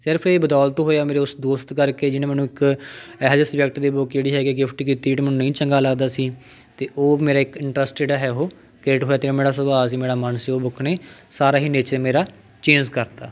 ਸਿਰਫ਼ ਇਹ ਬਦੌਲਤ ਹੋਇਆ ਮੇਰੇ ਉਸ ਦੋਸਤ ਕਰਕੇ ਜਿਹਨੇ ਮੈਨੂੰ ਇੱਕ ਇਹੋ ਜਿਹੇ ਸਬਜੈਕਟ ਦੀ ਬੁੱਕ ਜਿਹੜੀ ਹੈਗੀ ਹੈ ਗਿਫ਼ਟ ਕੀਤੀ ਜਿਹੜਾ ਮੈਨੂੰ ਨਹੀਂ ਚੰਗਾ ਲੱਗਦਾ ਸੀ ਅਤੇ ਉਹ ਮੇਰਾ ਇੱਕ ਇੰਟਰਸਟ ਜਿਹੜਾ ਹੈ ਉਹ ਕ੍ਰੀਏਟ ਹੋਇਆ ਅਤੇ ਮੇਰਾ ਸੁਭਾਅ ਸੀ ਮੇਰਾ ਮਨ ਸੀ ਉਹ ਬੁੱਕ ਨੇ ਸਾਰਾ ਹੀ ਨੇਚਰ ਮੇਰਾ ਚੇਂਜ ਕਰਤਾ